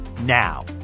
Now